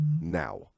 now